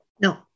no